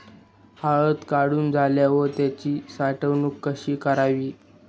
हळद काढून झाल्यावर त्याची साठवण कशी करावी?